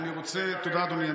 תודה, אדוני.